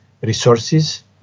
resources